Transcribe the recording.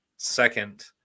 second